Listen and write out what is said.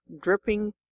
dripping